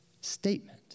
statement